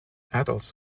adults